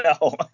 No